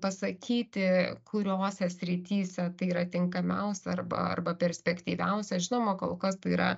pasakyti kuriose srityse tai yra tinkamiausia arba arba perspektyviausia žinoma kol kas tai yra